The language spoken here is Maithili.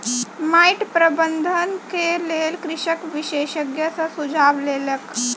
माइट प्रबंधनक लेल कृषक विशेषज्ञ सॅ सुझाव लेलक